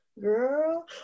girl